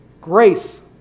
grace